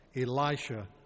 Elisha